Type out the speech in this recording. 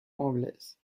anglaise